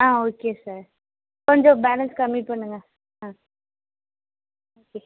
ஆ okay sir கொஞ்சம் balance கம்மி பண்ணுங்க ஆ ஓகே